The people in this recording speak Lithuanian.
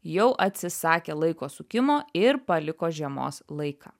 jau atsisakė laiko sukimo ir paliko žiemos laiką